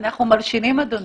אנחנו מלשינים, אדוני.